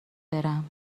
برم